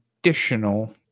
additional